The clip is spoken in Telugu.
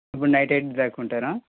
ఇప్పుడు నైట్ ఎయిట్ దాకా ఉంటారా